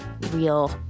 real